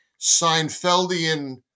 Seinfeldian